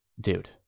Dude